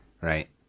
Right